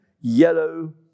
yellow